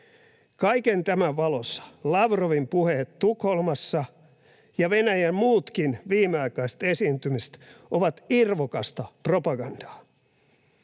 Kaiken tämän valossa Lavrovin puheet Tukholmassa ja Venäjän muutkin viimeaikaiset esiintymiset ovat irvokasta propagandaa.